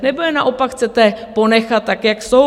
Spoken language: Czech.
Nebo je naopak chcete ponechat, tak jak jsou?